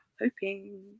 hoping